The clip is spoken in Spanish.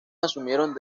asumieron